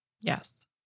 Yes